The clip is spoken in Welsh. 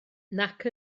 nac